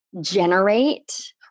generate